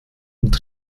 und